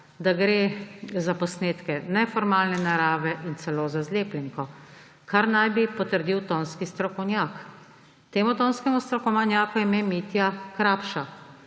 da gre za posnetke neformalne narave in celo za zlepljenko, kar naj bi potrdil tonski strokovnjak. Temu tonskemu strokovnjaku je ime Mitja Krapša